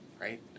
right